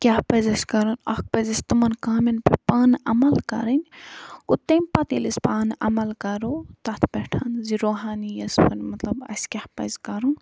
کیٛاہ پَزِ اَسہِ کَرُن اَکھ پَزِ اَسہِ تِمَن کامٮ۪ن پٮ۪ٹھ پانہٕ عمل کَرٕنۍ گوٚو تٔمۍ پتہٕ ییٚلہِ أسۍ پانہٕ عمل کَرَو تَتھ پٮ۪ٹھ زِ روٗحانیَس پٮ۪ٹھ مطلب اَسہِ کیٛاہ پَزِ کَرُن